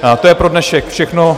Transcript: To je pro dnešek všechno.